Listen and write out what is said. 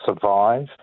survive